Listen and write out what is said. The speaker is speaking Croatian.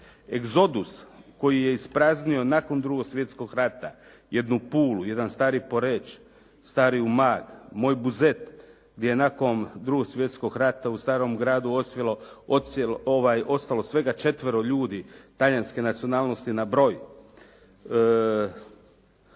Egzodus koji je ispraznio nakon drugog svjetskog rata jednu Pulu, jedan stari Poreč, stari Umag, moj Buzet gdje nakon 2. svjetskog rata u starom gradu ostalo svega četvero ljudi talijanske nacionalnosti na broj.